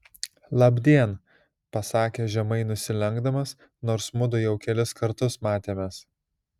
labdien pasakė žemai nusilenkdamas nors mudu jau kelis kartus matėmės